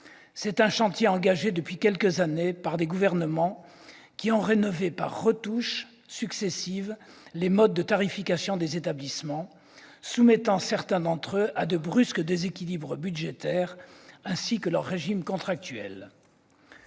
C'est un chantier engagé depuis quelques années par des gouvernements qui ont rénové par retouches successives les modes de tarification des établissements, soumettant certains d'entre eux, ainsi que leur régime contractuel,